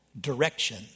direction